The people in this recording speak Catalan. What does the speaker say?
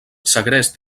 segrest